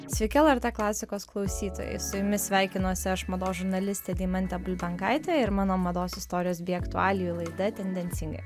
sveiki lrt klasikos klausytojai su jumis sveikinuosi aš mados žurnalistė deimantė bulbenkaitė ir mano mados istorijos bei aktualijų laida tendencingai